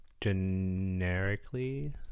Generically